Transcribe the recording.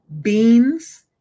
beans